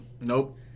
nope